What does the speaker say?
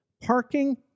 Parking